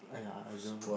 !aiya! I don't know